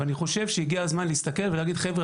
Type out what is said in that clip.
אני חושב שהגיע הזמן להתקדם ולהגיד חבר'ה,